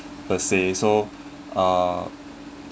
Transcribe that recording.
per say so uh